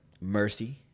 mercy